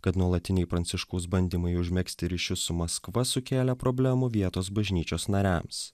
kad nuolatiniai pranciškaus bandymai užmegzti ryšius su maskva sukėlė problemų vietos bažnyčios nariams